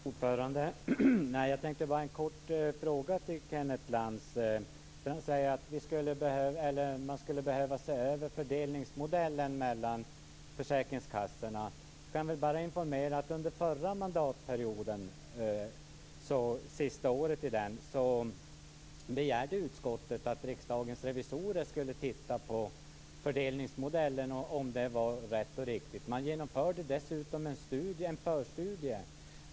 Herr talman! Jag tänkte ställa en fråga till Kenneth Lantz. Han säger att man skulle behöva se över fördelningen mellan försäkringskassorna. Jag kan bara informera om att utskottet under det sista året av den förra mandatperioden begärde att Riksdagens revisorer skulle titta på fördelningsmodellen och om den var rätt och riktig. Man genomförde dessutom en förstudie.